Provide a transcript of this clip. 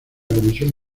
comisión